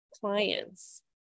clients